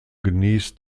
genießt